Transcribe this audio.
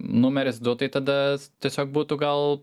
numeris du tai tada tiesiog būtų gal